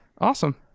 awesome